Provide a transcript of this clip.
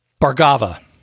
Bargava